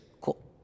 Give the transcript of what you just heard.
Cool